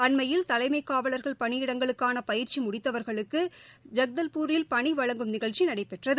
அண்மையில் தலைமை காவலர்கள் பணியிடங்களுக்கான பயிற்சி முடித்தவர்களுக்கு ஐகதல்பூரில் பணி வழங்கும் நிகழ்ச்சி நடைபெற்றது